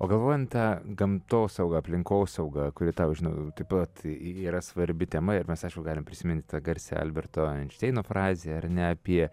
o galvojant a gamtosauga aplinkosauga kuri tau žinau taip pat y yra svarbi tema ir mes aišku galim prisimint tą garsią alberto einšteino frazę ar ne apie